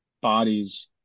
bodies